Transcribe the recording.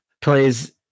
plays